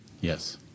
Yes